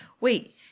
wait –